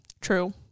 True